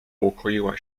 ukoiła